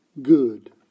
good